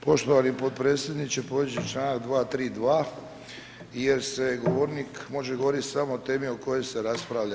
Poštovani potpredsjedniče, povrijeđen je članak 232. jer se govornik može govoriti samo o temi o kojoj se raspravlja.